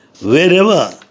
Wherever